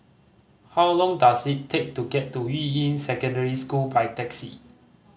how long does it take to get to Yuying Secondary School by taxi